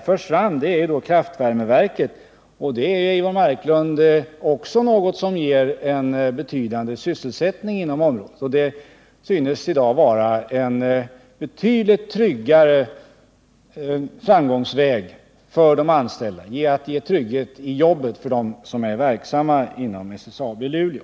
också förs fram är kraftvärmeverket, och det är, Eivor Marklund, också något som ger en betydande sysselsättning inom området. Det synes i dag vara en betydligt bättre framgångsväg för att ge trygghet i jobbet för dem som är verksamma inom SSAB i Luleå.